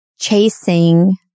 chasing